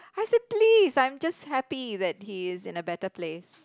I said please I'm just happy that he is at a better place